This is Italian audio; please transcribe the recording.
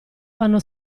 vanno